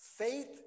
Faith